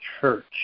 church